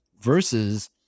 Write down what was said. versus